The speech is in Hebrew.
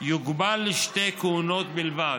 יוגבל לשתי כהונות בלבד.